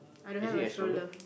is it a stroller